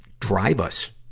drive us,